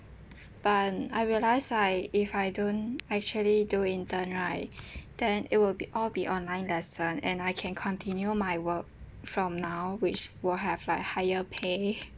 but I realise right if I don't actually do intern right then it will be all be online lesson and I can continue my work from now which will have like higher pay